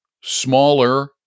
smaller